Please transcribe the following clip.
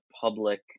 public